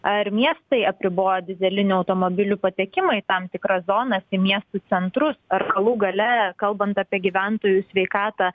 ar miestai apribojo dyzelinių automobilių patekimą į tam tikras zonas į miestų centrus ar galų gale kalbant apie gyventojų sveikatą